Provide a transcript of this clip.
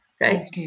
right